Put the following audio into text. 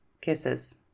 Kisses